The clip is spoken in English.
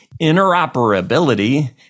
interoperability